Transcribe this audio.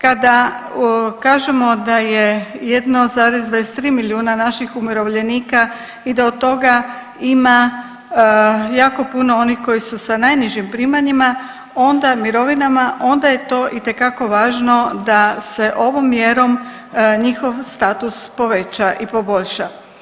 Kada kažemo da je 1,23 milijuna naših umirovljenika, i da od toga ima jako puno onih koji su sa najnižim primanjima, onda mirovinama, onda je to itekako važno da se ovom mjerom njihov status poveća i poboljša.